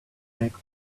back